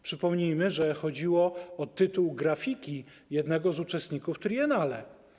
Przypomnijmy, że chodziło o tytuł grafiki jednego z uczestników triennale.